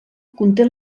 conté